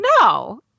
no